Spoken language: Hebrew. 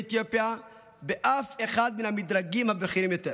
אתיופיה באף אחד מן המדרגים הבכירים יותר,